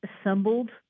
assembled